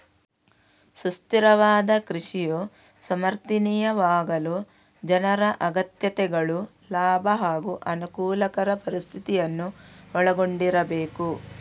ಸುಸ್ಥಿರವಾದ ಕೃಷಿಯು ಸಮರ್ಥನೀಯವಾಗಲು ಜನರ ಅಗತ್ಯತೆಗಳು ಲಾಭ ಹಾಗೂ ಅನುಕೂಲಕರ ಪರಿಸ್ಥಿತಿಯನ್ನು ಒಳಗೊಂಡಿರಬೇಕು